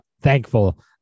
thankful